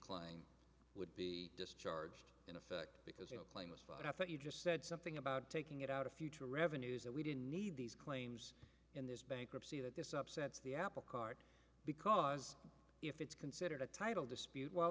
claim would be discharged in effect because your claim was fun i thought you just said something about taking it out a future revenues that we didn't need these claims in this bankruptcy that this upsets the apple cart because if it's considered a title dispute w